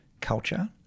culture